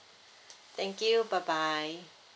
thank you bye bye